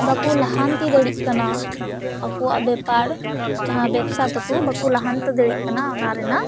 ᱵᱟᱠᱚ ᱞᱟᱦᱟᱱᱛᱤ ᱫᱟᱲᱮᱜ ᱠᱟᱱᱟ ᱟᱠᱚᱣᱟᱜ ᱵᱮᱯᱟᱨ ᱡᱟᱦᱟᱸ ᱵᱮᱵᱽᱥᱟ ᱛᱟᱠᱚ ᱵᱟᱠᱚ ᱞᱟᱦᱟᱱᱛᱤ ᱫᱟᱲᱮᱜ ᱠᱟᱱᱟ ᱚᱱᱟ ᱨᱮᱱᱟᱜ